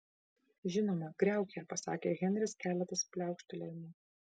žinoma griauk ją pasakė henris keletas pliaukštelėjimų